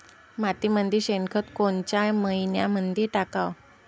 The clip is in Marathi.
मातीमंदी शेणखत कोनच्या मइन्यामंधी टाकाव?